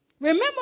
Remember